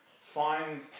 find